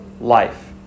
life